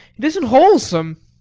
isn't wholesome.